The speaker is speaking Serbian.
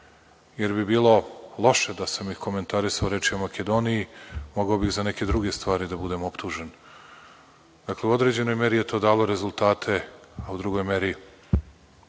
jer bi bilo loše da sam ih komentarisao, reč je o Makedoniji, mogao bih za neke druge stvari da budem optužen. Dakle, u određenoj meri je to dalo rezultate, a u drugoj meri